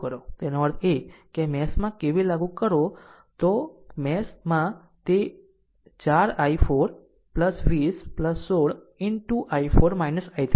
તેનો અર્થ એ કે જો આ મેશ માં KVL લાગુ કરો તો આ મેશ માં તે 4 i4 20 16 into i4 I3 હશે